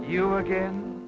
you again